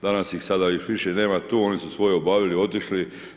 Danas ih sada još više nema tu, oni su svoje obavili, otišli.